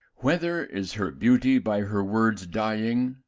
whether is her beauty by her words dying,